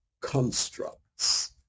constructs